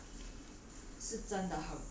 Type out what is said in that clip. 你看他的的鞋子 ah